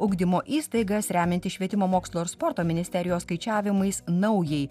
ugdymo įstaigas remiantis švietimo mokslo ir sporto ministerijos skaičiavimais naujai